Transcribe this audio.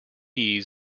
win